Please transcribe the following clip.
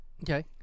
Okay